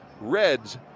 Reds